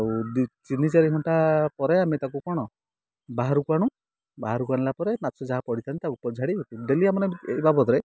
ଆଉ ଦୁଇ ତିନି ଚାରି ଘଣ୍ଟା ପରେ ଆମେ ତାକୁ କ'ଣ ବାହାରକୁ ଆଣୁ ବାହାରକୁ ଆଣିଲା ପରେ ମାଛ ଯାହା ପଡ଼ିଥାନ୍ତି ତାକୁ ଉପରେ ଝାଡ଼ି ଡେଲି ଆମେ ଏ ବାବଦରେ